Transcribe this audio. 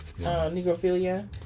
Negrophilia